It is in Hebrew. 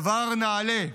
דבר נעלה.